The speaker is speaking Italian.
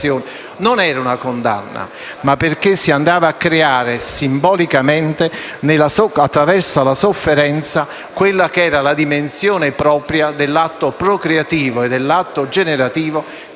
non era una condanna. Questo perché si andava a creare simbolicamente, attraverso la sofferenza, la dimensione propria dell'atto procreativo e generativo,